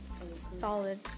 solid